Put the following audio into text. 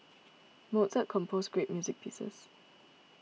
Mozart composed great music pieces